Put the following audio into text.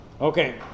Okay